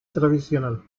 tradicional